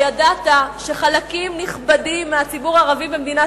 הידעת שחלקים נכבדים מהציבור הערבי במדינת